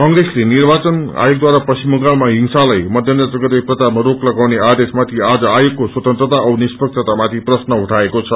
कंग्रेसले निव्रचन आयोगद्वारा पश्चिम बंगालमा हिंसालाई मध्यनजर गर्दै प्रचारमा रोक लगाउने आदेश माथि आज आयोगको स्वतन्त्रता औ निष्पक्षता माथि प्रश्न गइाएको छ